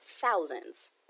thousands